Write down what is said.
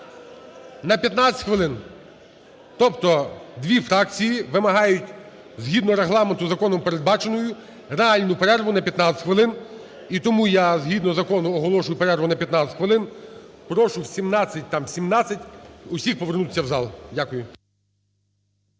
На 15 хвилин. Тобто дві фракції вимагають, згідно Регламенту, законом передбачену реальну перерву на 15 хвилин. І тому я згідно закону оголошую перерву на 15 хвилин. Прошу о 17:17 усіх повернутися в зал. Дякую.